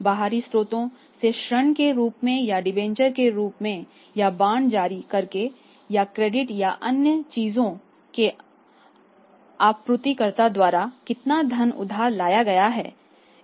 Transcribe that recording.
बाहरी स्रोतों से ऋण के रूप में या डिबेंचर के रूप में या बॉन्ड जारी करके या क्रेडिट या अन्य चीजों के आपूर्तिकर्ता द्वारा कितना धन उधार लाया गया है